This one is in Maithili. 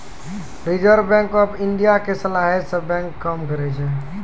रिजर्व बैंक आफ इन्डिया के सलाहे से बैंक काम करै छै